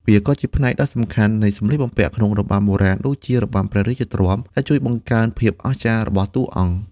វាក៏ជាផ្នែកដ៏សំខាន់នៃសំលៀកបំពាក់ក្នុង របាំបុរាណ (ដូចជារបាំព្រះរាជទ្រព្យ) ដែលជួយបង្កើនភាពអស្ចារ្យរបស់តួអង្គ។